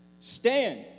Stand